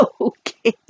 Okay